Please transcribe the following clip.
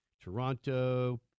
Toronto